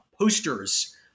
posters